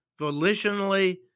volitionally